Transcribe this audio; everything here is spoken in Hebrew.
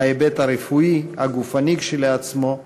ההיבט הרפואי והגופני כשלעצמו,